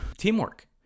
teamwork